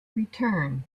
return